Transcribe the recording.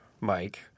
Mike